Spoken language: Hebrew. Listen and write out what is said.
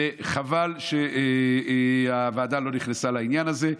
וחבל שהוועדה לא נכנסה לעניין הזה.